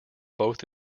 both